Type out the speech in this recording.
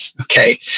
Okay